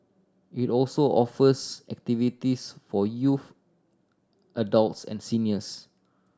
it also offers activities for youth adults and seniors